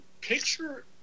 Picture